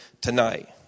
tonight